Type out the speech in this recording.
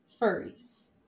furries